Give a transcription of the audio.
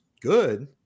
good